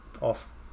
off